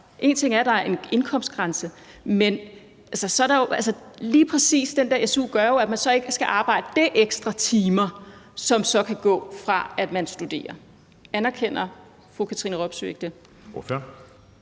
Én ting er, at der er en indkomstgrænse, men lige præcis su'en gør jo, at man så ikke skal arbejde det ekstra antal timer, som så vil gå fra, at man studerer. Anerkender fru Katrine Robsøe ikke det?